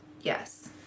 Yes